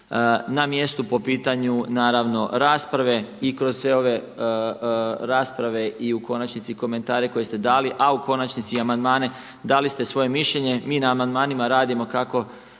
na mjestu po pitanju naravno rasprave i kroz sve ove rasprave i u konačnici i komentare koje ste dali, a u konačnici i amandmane, dali ste svoje mišljenje. Mi na amandmanima radimo kako